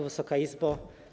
Wysoka Izbo!